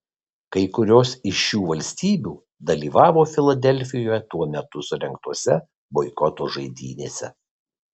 kai kurios iš šių valstybių dalyvavo filadelfijoje tuo metu surengtose boikoto žaidynėse